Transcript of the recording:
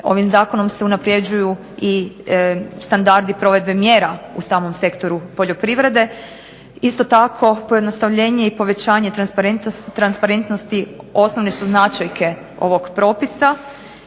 Ovim zakonom se unaprjeđuju i standardi provedbe mjera u samom sektoru poljoprivrede, isto tako pojednostavljenje i povećanje transparentnosti osnovne su značajke ovog propisa